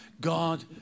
God